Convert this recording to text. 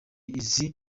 izi